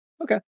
Okay